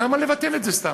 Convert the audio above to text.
למה לבטל את זה סתם?